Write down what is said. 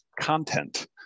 content